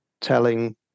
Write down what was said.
telling